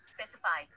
Specify